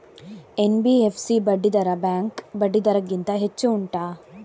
NBFC ಬಡ್ಡಿ ದರ bank ಬಡ್ಡಿ ದರ ಗಿಂತ ಹೆಚ್ಚು ಉಂಟಾ